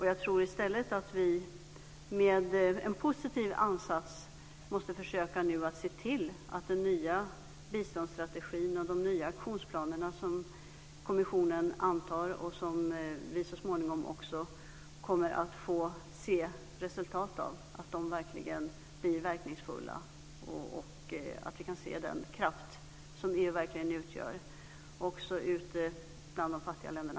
Jag tror att vi i stället med en positiv ansats måste försöka se till att den nya biståndsstrategin och de nya aktionsplaner som kommissionen antar och som vi så småningom också kommer att få se resultat av verkligen blir verkningsfulla. Då kan vi se den kraft som EU verkligen utgör bli verklighet också ute bland de fattiga länderna.